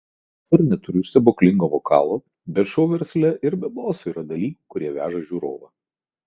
gal ir neturiu stebuklingo vokalo bet šou versle ir be balso yra dalykų kurie veža žiūrovą